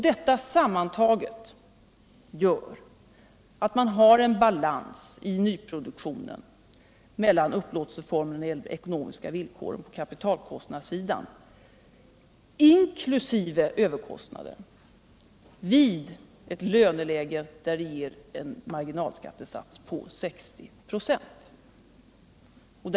Detta sammantaget gör att man nu, vid ett löneläge som ger 60 en marginalskattesats på 60 26, i nyproduktionen uppnått en balans mellan olika upplåtelseformer när det gäller de ekonomiska villkoren på kapitalkostnadssidan inkl. överkostnaderna.